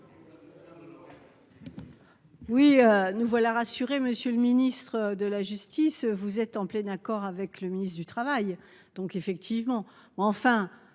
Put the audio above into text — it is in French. Oui, nous voilà rassurés. Monsieur le ministre de la justice. Vous êtes en plein accord avec le ministre du Travail, donc effectivement